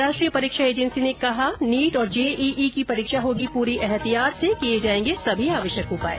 राष्ट्रीय परीक्षा एजेंसी ने कहा नीट और जेईई की परीक्षा होगी पूरी एतिहायात से किए जाएंगे सभी आवश्यक उपाय